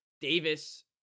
Davis